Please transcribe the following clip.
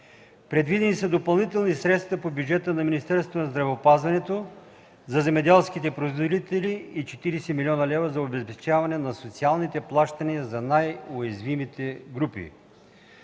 Предвидени са допълнителни средства по бюджета на Министерството на здравеопазването, за земеделските производители и 40 млн. лв. за обезпечаване на социалните плащания за най-уязвимите групи.